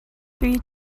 three